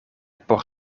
por